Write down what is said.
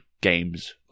games